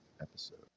Episode